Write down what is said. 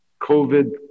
COVID